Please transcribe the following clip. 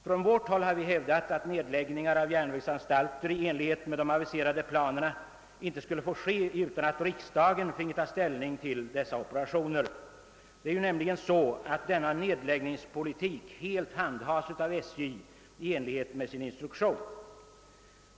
Från vårt håll har vi hävdat att nedläggningar av järnvägsanstalter i enlighet :med de aviserade planerna inte borde få ske utan att riksdagen först fick ta ställning till desamma. Det är ju nämligen nu så, att denna nedläggningspolitik helt handhaves av SJ i enlighet med dess instruktion.